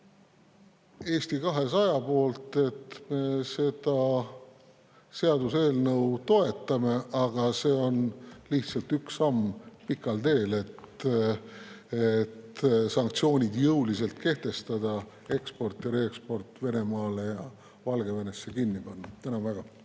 Eesti 200 nimel ütlen, et me seda seaduseelnõu toetame, aga see on lihtsalt üks samm pikal teel, et sanktsioonid jõuliselt kehtestada, eksport ja reeksport Venemaale ja Valgevenesse kinni panna. Tänan väga!